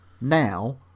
now